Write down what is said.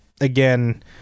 again